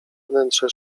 wnętrze